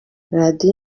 radiyo